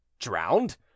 Drowned